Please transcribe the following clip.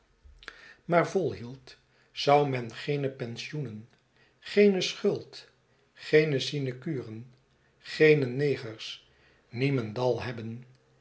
maar volhield zou men geene pensioenen geene schuld geene sinecuren geene negers niemendal hebben